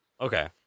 Okay